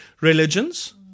religions